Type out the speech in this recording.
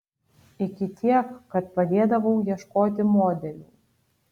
iki tiek kad padėdavau ieškoti modelių